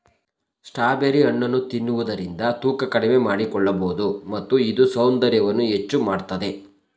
strawberry ಹಣ್ಣನ್ನು ತಿನ್ನುವುದರಿಂದ ತೂಕ ಕಡಿಮೆ ಮಾಡಿಕೊಳ್ಳಬೋದು ಮತ್ತು ಇದು ಸೌಂದರ್ಯವನ್ನು ಹೆಚ್ಚು ಮಾಡತ್ತದೆ